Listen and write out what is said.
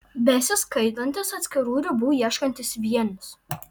besiskaidantis atskirų ribų ieškantis vienis